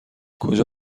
کجا